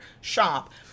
shop